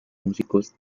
músicos